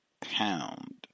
pound